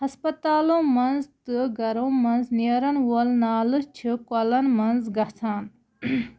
ہَسپَتالو منٛز تہٕ گَرو منٛز نیرَن وول نالہٕ چھِ کۄلَن منٛز گژھان